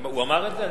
הוא אמר את זה?